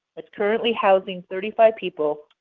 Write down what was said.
it's currently housing thirty five people,